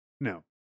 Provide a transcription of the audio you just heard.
No